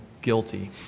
guilty